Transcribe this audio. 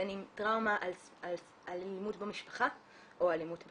בין אם טראומה על אלימות במשפחה או אלימות בכלל,